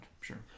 sure